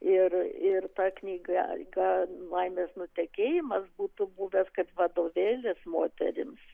ir ir ta knyga laimės nutekėjimas būtų buvęs kaip vadovėlis moterims